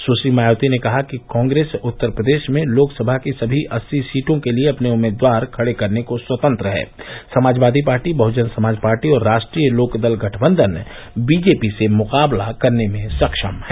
सुश्री मायावती ने कहा कि कांग्रेस उत्तर प्रदेश में लोकसभा की सभी अस्सी सीटों के लिए अपने उम्मीदवार खड़े करने को स्वतंत्र है समाजवादी पार्टी बहुजन समाज पार्टी और राष्ट्रीय लोकदल गठबंधन बीजेपी से मुकाबला करने में सक्षम है